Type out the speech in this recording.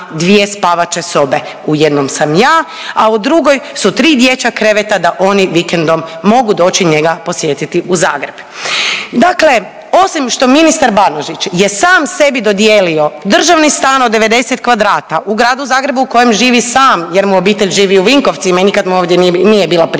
dvije spavaće sobe, u jednoj sam ja, a u tri dječja kreveta da oni vikendom mogu doći njega posjetiti u Zagreb. Dakle, osim što ministar Banožić je sam sebi dodijelio državni stan od 90 kvadrata u Gradu Zagrebu u koje živi stan jer mu obitelj živi u Vinkovcima i nikad mu ovdje nije bila prijavljena,